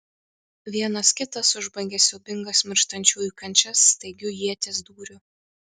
vienas kitas užbaigė siaubingas mirštančiųjų kančias staigiu ieties dūriu